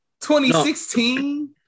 2016